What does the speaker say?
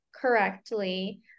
correctly